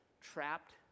trapped